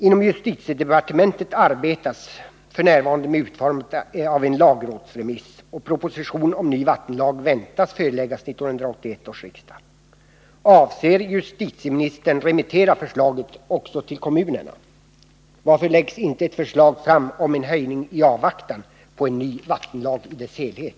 Inom justitiedepartementet arbetas f. n. med utformandet av en lagrådsremiss. Proposition om ny vattenlag väntas föreläggas 1981 års riksdag. Avser justitieministern att remittera förslaget också till kommunerna? Varför läggs inte ett förslag fram om en höjning i avvaktan på en ny vattenlag i dess helhet?